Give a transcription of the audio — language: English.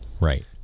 right